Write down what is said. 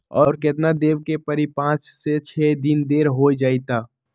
और केतना देब के परी पाँच से छे दिन देर हो जाई त?